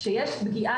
כשיש פגיעה,